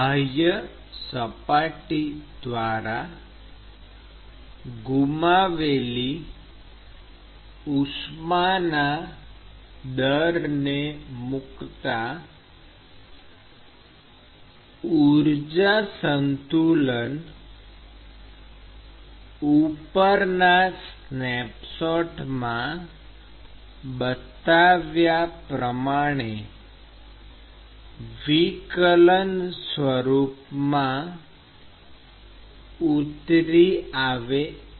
બાહ્ય સપાટી દ્વારા ગુમાવેલી ઉષ્માના દરને મૂકતાં ઊર્જા સંતુલન ઉપરના સ્નેપશોટમાં બતાવ્યા પ્રમાણે વિકલન સ્વરૂપમાં ઉતરી આવે છે